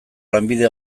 lanbide